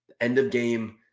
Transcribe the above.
end-of-game